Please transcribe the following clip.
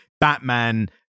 Batman